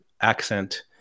accent